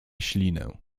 ślinę